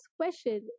question